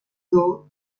though